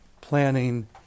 planning